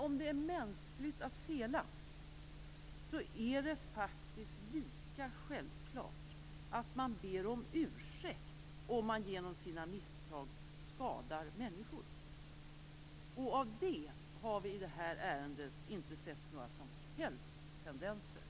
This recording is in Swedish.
Om det är mänskligt att fela är det faktiskt lika självklart att man ber om ursäkt, om man genom sina misstag skadar människor. Av det har vi i detta ärende inte sett några som helst tendenser.